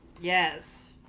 Yes